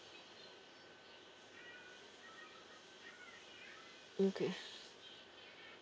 okay